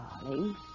darling